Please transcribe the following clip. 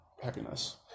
happiness